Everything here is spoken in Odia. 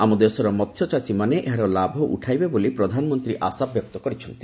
ଆମ ଦେଶର ମସ୍ୟଚାଷୀମାନେ ଏହାର ଲାଭ ଉଠାଇବେ ବୋଲି ପ୍ରଧାନମନ୍ତ୍ରୀ ଆଶାବ୍ୟକ୍ତ କରିଛନ୍ତି